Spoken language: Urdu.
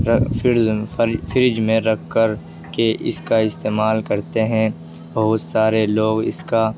فرج میں رکھ کر کے اس کا استعمال کرتے ہیں بہت سارے لوگ اس کا